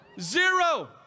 Zero